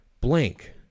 blank